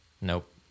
nope